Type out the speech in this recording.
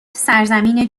سرزمین